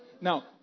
now